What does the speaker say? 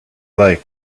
like